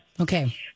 Okay